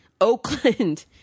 Oakland